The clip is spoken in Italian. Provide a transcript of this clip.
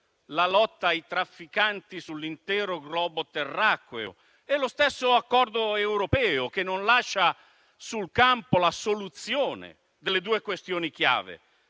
la lotta ai trafficanti sull'intero globo terracqueo e lo stesso accordo europeo, che non lascia sul campo la soluzione delle due questioni chiave,